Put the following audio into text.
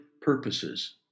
purposes